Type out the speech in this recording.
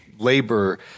labor